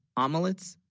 omelets.